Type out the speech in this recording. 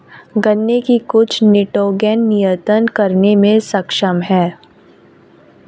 गन्ने की कुछ निटोगेन नियतन करने में सक्षम है